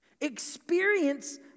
Experience